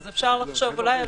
אז אפשר לחשוב אולי על